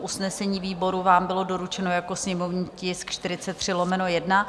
Usnesení výboru vám bylo doručeno jako sněmovní tisk 43/1.